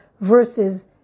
versus